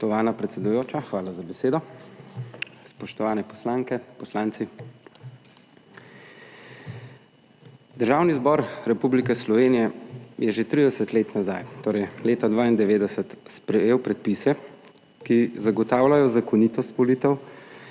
hvala za besedo. Spoštovani poslanke, poslanci! Državni zbor Republike Slovenije je že 30 let nazaj torej leta 92 sprejel predpise, ki zagotavljajo zakonitost volitev